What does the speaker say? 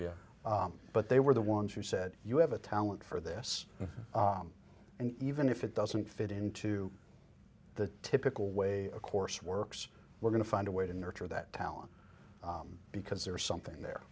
tar but they were the ones who said you have a talent for this and even if it doesn't fit into the typical way of course works we're going to find a way to nurture that talent because there's something there